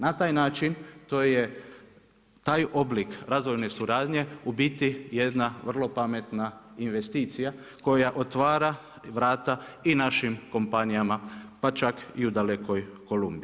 Na taj način, to je taj oblik razvojne suradnje u biti jedna vrlo pametna investicija koja otvara vrata i našim kompanijama pa čak i u dalekoj Kolumbiji.